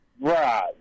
Right